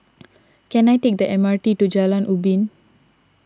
can I take the M R T to Jalan Ubin